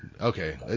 Okay